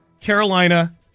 Carolina